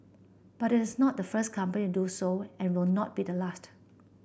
but it is not the first company to do so and will not be the last